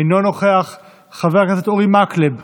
אינו נוכח, חבר הכנסת אורי מקלב,